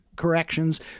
corrections